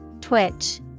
Twitch